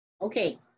Okay